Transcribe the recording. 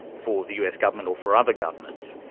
for the us government or for other governments.